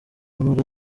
amara